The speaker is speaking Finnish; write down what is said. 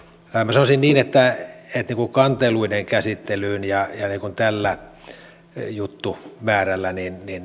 sanoisin niin että kanteluiden käsittelyyn tällä juttumäärällä